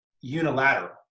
unilateral